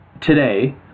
Today